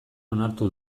onartu